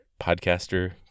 podcaster